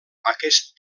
aquest